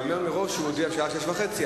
אני אומר מראש שרק ב-18:30,